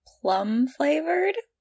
plum-flavored